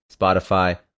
Spotify